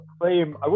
claim